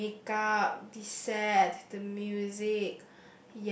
the make up the sets the music